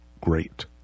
great